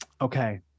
okay